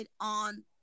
on